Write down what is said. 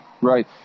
Right